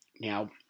Now